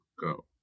go